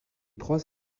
trois